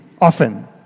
Often